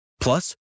Plus